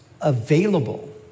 available